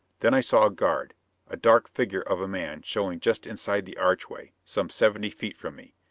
then i saw a guard a dark figure of a man showing just inside the archway, some seventy feet from me.